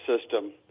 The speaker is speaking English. system